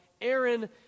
Aaron